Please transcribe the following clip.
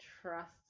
trust